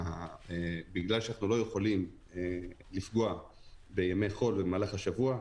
בגלל שאנחנו לא יכולים לפגוע בימי חול במהלך השבוע.